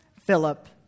Philip